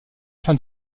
fin